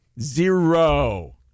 zero